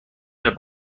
der